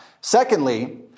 Secondly